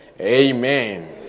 Amen